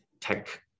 tech